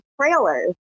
trailers